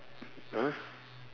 !huh!